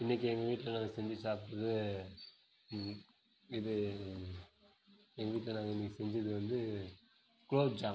இன்னைக்கி எங்கள் வீட்டில் நாங்கள் செஞ்சு சாப்பிட்டது இது எங்கள் வீட்டில் நாங்கள் இன்னைக்கி செஞ்சது வந்து குலோப்ஜாம்